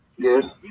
good